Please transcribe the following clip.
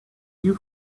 you